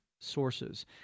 sources